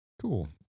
Cool